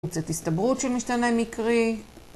זאת הסתברות של משתנה מקרי.